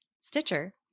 Stitcher